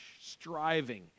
Striving